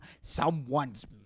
someone's